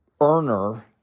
earner